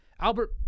Albert